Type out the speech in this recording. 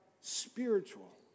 spiritual